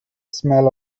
smell